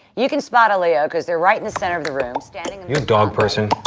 you can spot a leo because they're right in the center of the room, standing. are you a dog person?